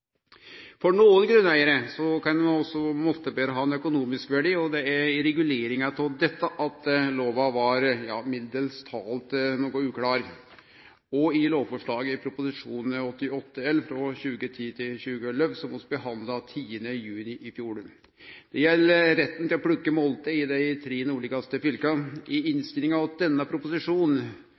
For nokre grunneigarar kan moltebæra også ha ein økonomisk verdi, og det er i reguleringa av dette lova var mildast talt noko uklar, òg i lovforslaget i Prop. 88 L for 2010–2011, som vi behandla 10. juni i fjor. Det gjeld retten til å plukke molter i dei tre nordlegaste fylka. I innstillinga til denne proposisjonen